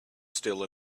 still